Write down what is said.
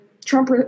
Trump